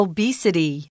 Obesity